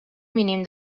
mínim